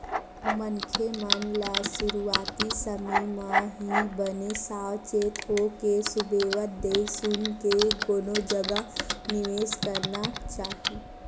मनखे मन ल सुरुवाती समे म ही बने साव चेत होके सुबेवत देख सुनके कोनो जगा निवेस करना चाही